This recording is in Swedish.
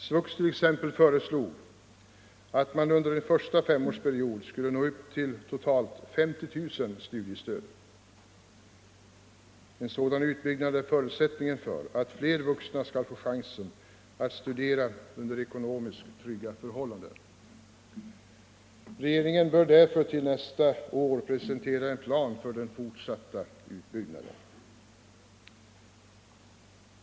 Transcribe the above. SVUX t.ex. föreslog att man under en första femårsperiod skulle nå upp till totalt 50 000 studiestöd. En sådan utbyggnad är förutsättningen för att fler vuxna skall få chansen att studera under ekonomiskt trygga förhållanden. Regeringen bör därför till nästa år presentera en plan för den fortsatta utbyggnaden.